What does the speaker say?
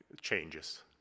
changes